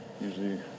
usually